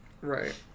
Right